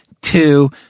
two